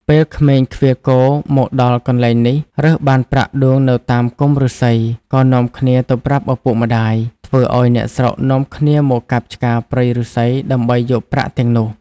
ពេលក្មេងឃ្វាលគោមកដល់កន្លែងនេះរើសបានប្រាក់ដួងនៅតាមគុម្ពឫស្សី ក៏នាំគ្នាទៅប្រាប់ឪពុកម្ដាយ ធ្វើឲ្យអ្នកស្រុកនាំគ្នាមកកាប់ឆ្ការព្រៃឫស្សីដើម្បីយកប្រាក់ទាំងនោះ។